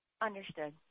Understood